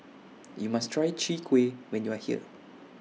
YOU must Try Chwee Kueh when YOU Are here